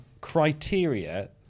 criteria